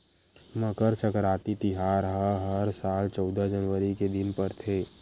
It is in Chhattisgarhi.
मकर सकराति तिहार ह हर साल चउदा जनवरी के दिन परथे